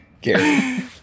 Gary